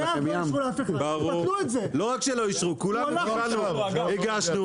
רק לחדד כדי שאני אבין מהי הנחיית הוועדה.